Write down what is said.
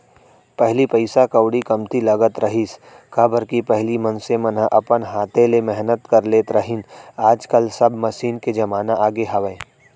पहिली पइसा कउड़ी कमती लगत रहिस, काबर कि पहिली मनसे मन ह अपन हाथे ले मेहनत कर लेत रहिन आज काल सब मसीन के जमाना आगे हावय